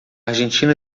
argentina